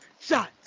Shots